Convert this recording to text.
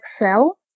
Excel